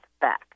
back